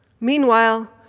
meanwhile